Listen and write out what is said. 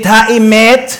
את האמת,